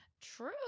True